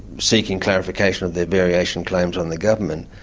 seeking clarification of their variation claims on the government,